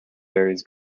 varies